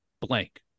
blank